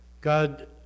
God